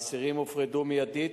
האסירים הופרדו מיידית,